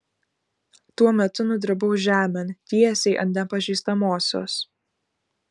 tuo metu nudribau žemėn tiesiai ant nepažįstamosios